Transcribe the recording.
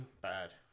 Bad